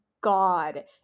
God